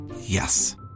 Yes